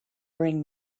bring